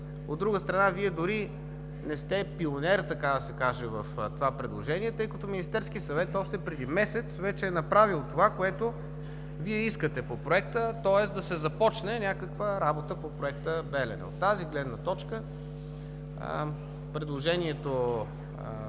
От друга страна, Вие дори не сте пионер, така да се каже, в това предложение, защото Министерският съвет още преди месец е направил това, което Вие искате по проекта, тоест да се започне някаква работа по проекта „Белене“. От тази гледна точка според становището